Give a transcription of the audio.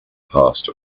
past